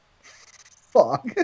fuck